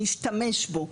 להשתמש בו,